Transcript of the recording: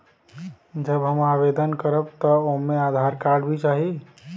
जब हम आवेदन करब त ओमे आधार कार्ड भी चाही?